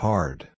Hard